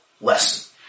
lesson